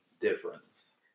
difference